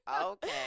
Okay